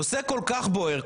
נושא כל כך בוער,